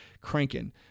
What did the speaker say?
cranking